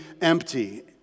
empty